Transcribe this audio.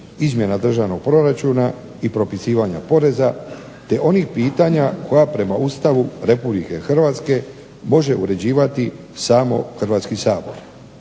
izmjena državnog proračuna i propisivanja poreza, te onih pitanja koja prema Ustavu Republike Hrvatske može uređivati samo Hrvatski sabor